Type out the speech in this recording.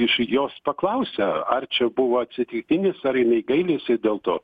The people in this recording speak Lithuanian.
iš jos paklausė ar čia buvo atsitiktinis ar jinai gailisi dėl to